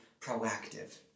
proactive